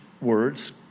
words